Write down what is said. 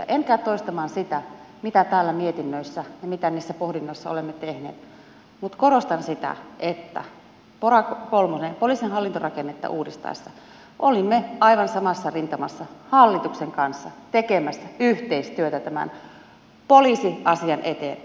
en käy toistamaan sitä mitä täällä mietinnöissä ja niissä pohdinnoissa olemme tehneet mutta korostan sitä että pora kolmosessa poliisin hallintorakennetta uudistaessa olimme aivan samassa rintamassa hallituksen kanssa tekemässä yhteistyötä tämän poliisiasian eteen